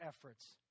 efforts